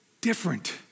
different